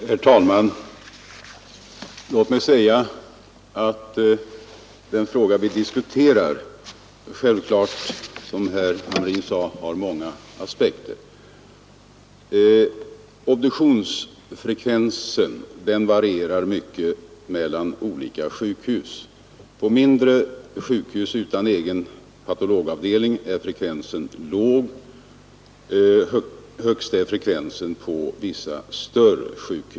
Herr talman! Låt mig säga att den fråga vi diskuterar självklart, som herr Hamrin sade, har många aspekter. Obduktionsfrekvensen varierar mycket mellan olika sjukhus. På mindre sjukhus utan egen patologavdelning är frekvensen låg. Högst är frekvensen på vissa större sjukhus.